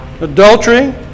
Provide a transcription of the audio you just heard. adultery